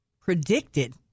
predicted